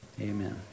amen